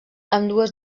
ambdues